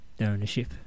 ownership